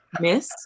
Miss